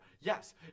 yes